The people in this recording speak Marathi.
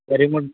तरी मग